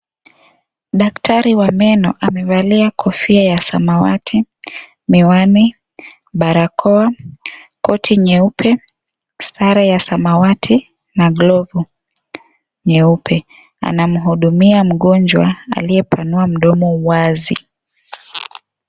Daktari wa meno amevalia kofia ya samawati, miwani, barakoa, koti nyeupe, sare ya samawati na glovu nyeupe anamhudumia mgonjwa aliyepanua mdomo wazi.